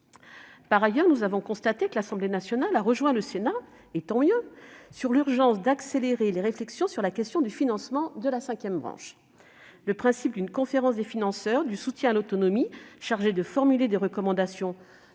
Par ailleurs, nous constatons que l'Assemblée nationale a rejoint le Sénat, et c'est tant mieux, sur l'urgence d'accélérer les réflexions sur la question du financement de la cinquième branche. Le principe d'une conférence des financeurs du soutien à l'autonomie chargée de formuler des recommandations